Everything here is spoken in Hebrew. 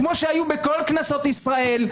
כמו שהיה בכל כנסות ישראל,